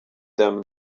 them